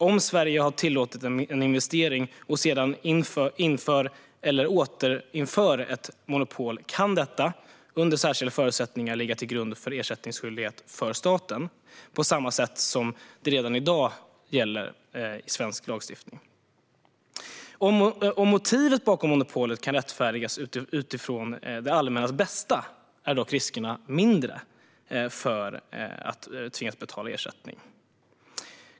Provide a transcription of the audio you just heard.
Om Sverige har tillåtit en investering och sedan inför eller återinför ett monopol kan detta under särskilda förutsättningar ligga till grund för ersättningsskyldighet för staten, på samma sätt som redan i dag föreskrivs i svensk lagstiftning. Om monopolet kan rättfärdigas med det allmännas bästa är dock riskerna för att tvingas betala ersättning mindre.